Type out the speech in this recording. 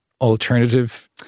alternative